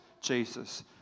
Jesus